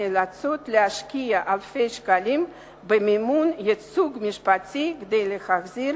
נאלצות להשקיע אלפי שקלים במימון ייצוג משפטי כדי להחזיר